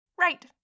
Right